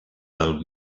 del